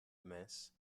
mince